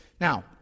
Now